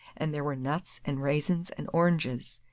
and there were nuts, and raisins, and oranges.